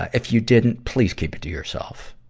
if you didn't, please keep it to yourself.